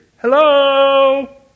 Hello